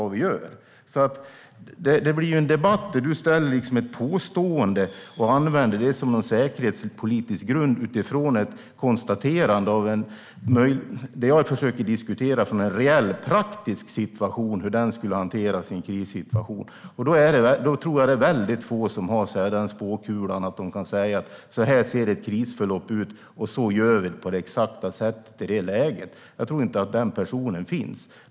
Det blir en debatt där du har ett påstående som du använder som någon säkerhetspolitisk grund utifrån det jag försöker diskutera utifrån en reell praktisk situation, hur den skulle hanteras i en krissituation. Jag tror att det är väldigt få som har den spåkulan att de kan säga: Så här ser ett krisförlopp ut, och vi gör på exakt det här sättet i det läget. Jag tror inte att den personen finns.